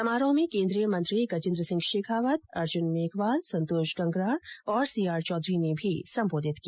समारोह में केन्द्रीय मंत्री गजेन्द्र सिंह शेखावत अर्जुन मेघवाल संतोष गंगरार सी आर चौधरी ने भी संबोधित किया